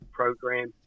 program